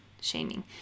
shaming